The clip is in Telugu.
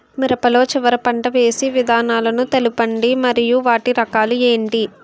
మిరప లో చివర పంట వేసి విధానాలను తెలపండి మరియు వాటి రకాలు ఏంటి